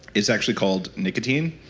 it's actually called nicotine.